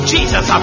Jesus